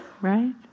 right